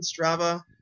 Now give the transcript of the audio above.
Strava